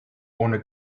ohne